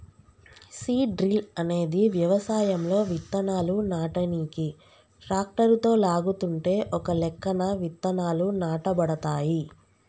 seed drill అనేది వ్యవసాయంలో విత్తనాలు నాటనీకి ట్రాక్టరుతో లాగుతుంటే ఒకలెక్కన విత్తనాలు నాటబడతాయి